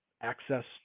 access